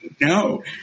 no